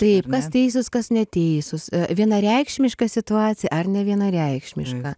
taip kas teisūs kas neteisūs vienareikšmiška situacija ar nevienareikšmiška